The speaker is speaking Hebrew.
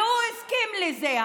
והוא הסכים לזה,